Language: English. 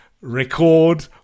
record